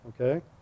okay